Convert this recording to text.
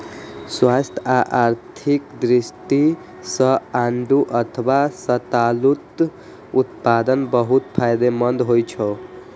स्वास्थ्य आ आर्थिक दृष्टि सं आड़ू अथवा सतालूक उत्पादन बहुत फायदेमंद होइ छै